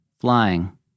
flying